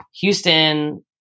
houston